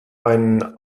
einen